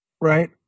right